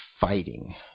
fighting